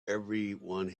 everyone